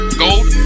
gold